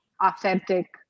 authentic